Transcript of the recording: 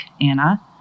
Anna